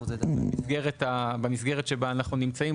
במסגרת שבה אנחנו נמצאים,